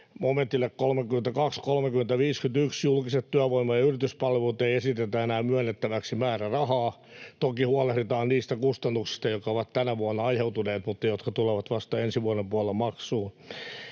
momentille 32.30.51 Julkiset työvoima- ja yrityspalvelut ei esitetä enää myönnettäväksi määrärahaa. Toki huolehditaan niistä kustannuksista, jotka ovat tänä vuonna aiheutuneet, mutta jotka tulevat vasta ensi vuoden puolella maksuun.